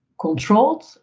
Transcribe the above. Controlled